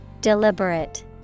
Deliberate